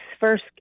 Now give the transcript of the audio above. first